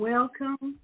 Welcome